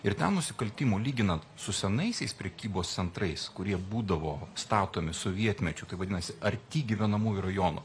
ir ten nusikaltimų lyginant su senaisiais prekybos centrais kurie būdavo statomi sovietmečiu tai vadinasi arti gyvenamųjų rajonų